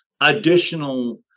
additional